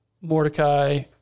Mordecai